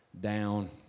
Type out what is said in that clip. down